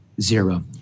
Zero